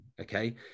Okay